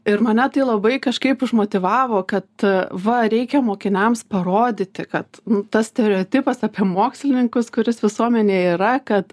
ir mane tai labai kažkaip užmotyvavo kad va reikia mokiniams parodyti kad tas stereotipas apie mokslininkus kuris visuomenėje yra kad